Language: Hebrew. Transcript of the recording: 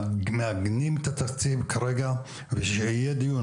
מעגנים את התקציב כרגע ושיהיה דיון,